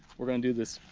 we're gonna do this,